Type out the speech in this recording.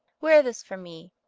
wear this for me.